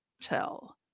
tell